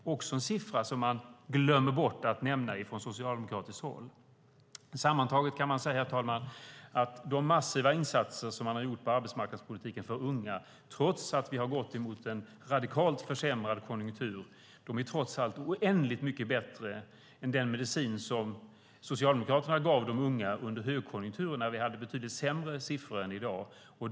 Också detta är en siffra som man glömmer bort att nämna från socialdemokratiskt håll. Herr talman! Sammantaget kan man säga att de massiva insatser som man har gjort på arbetsmarknadspolitiken för unga trots att vi har gått mot en radikalt försämrad konjunktur är oändligt mycket bättre än den medicin som Socialdemokraterna gav de unga under högkonjunkturen, när vi hade betydligt sämre siffror än i dag.